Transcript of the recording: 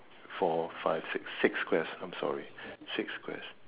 four five six six squares I'm sorry six squares